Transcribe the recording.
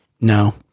No